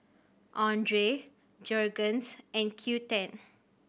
Andre Jergens and Qoo ten